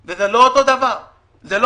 הפגזה,